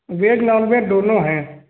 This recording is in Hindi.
भेज नॉनभेज दोनों है